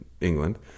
England